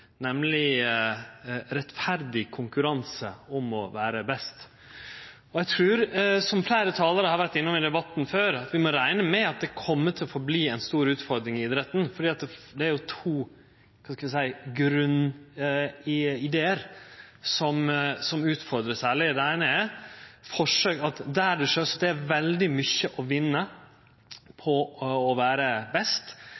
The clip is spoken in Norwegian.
nemleg rettferdig konkurranse om å vere best. Eg trur, som fleire talarar har vore innom i debatten før, at vi må rekne med at dette kjem til å fortsetje å vere ei stor utfordring i idretten, for det er jo to grunnidear som særleg vert utfordra. Det eine er: Der det, sjølvsagt, er veldig mykje å vinne